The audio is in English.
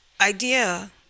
idea